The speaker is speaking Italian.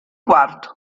quarto